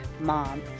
mom